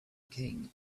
king